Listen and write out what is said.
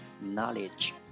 Knowledge